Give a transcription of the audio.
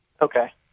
Okay